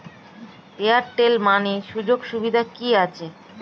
Airtel Money সুযোগ সুবিধা কি আছে?